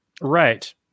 Right